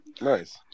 Nice